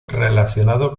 relacionado